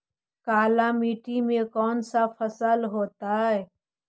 काला मिट्टी में कौन से फसल होतै?